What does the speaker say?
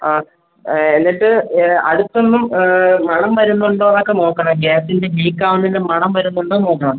ആ എന്നിട്ട് അടുത്തുന്നും മണം വരുന്നുണ്ടോന്നൊക്കെ നോക്കണം ഗ്യാസിൻ്റെ ലീക്കാവുന്നതിൻ്റെ മണം വരുന്നുണ്ടോ നോക്കണം